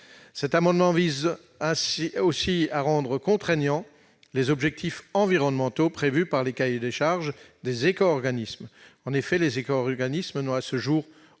Cet amendement vise également à rendre contraignants les objectifs environnementaux prévus par les cahiers des charges des éco-organismes. En effet, ces derniers n'ont à ce jour